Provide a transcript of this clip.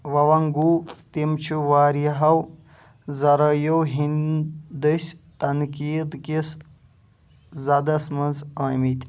ووَنٛگوٗ تِم چھِ واریاہو ذریعایو ہِنٛدۍ دٔسۍ تنقیٖد کِس زدس منٛز آمٕتۍ